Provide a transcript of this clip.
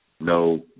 No